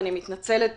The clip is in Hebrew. אני מתנצלת